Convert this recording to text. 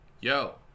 Yo